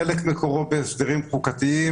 חלק מהאפליה מקורה בהסדרים חוקתיים,